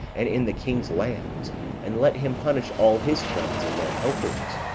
and in the king's lands and let him punish all his friends and their helpers.